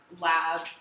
lab